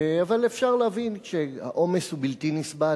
אבל אפשר להבין שכשהעומס הוא בלתי נסבל,